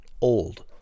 old